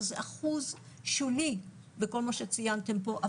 שזה אחוז שולי בכל מה שציינתם פה,